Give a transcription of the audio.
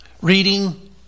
reading